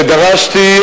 שדרשתי,